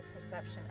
perception